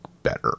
better